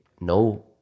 No